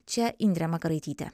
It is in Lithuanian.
čia indrė makaraitytė